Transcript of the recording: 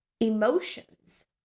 emotions